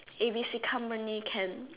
A B C company can